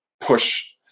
push